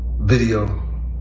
video